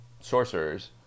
sorcerers